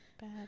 bad